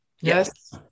Yes